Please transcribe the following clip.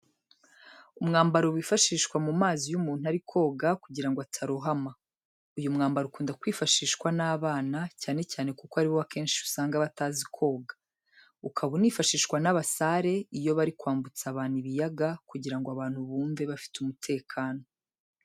Umwambaro wifashishwa mu mazi iyo umuntu ari koga kugira ngo atarohama. Uyu mwambaro ukunda kwifashishwa n'abana cyane cyane kuko aribo akenshi usanga batazi koga, ukaba unifashishwa n'abasare iyo bari kwambutsa abantu ibiyaga kugira ngo abantu bumve bafite umutekano.